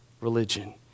religion